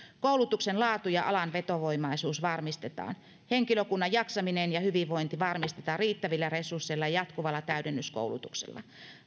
koulutuksen laatu ja alan vetovoimaisuus varmistetaan henkilökunnan jaksaminen ja hyvinvointi varmistetaan riittävillä resursseilla ja jatkuvalla täydennyskoulutuksella